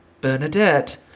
Bernadette